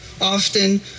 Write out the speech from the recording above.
often